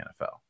NFL